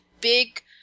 big